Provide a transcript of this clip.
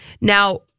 Now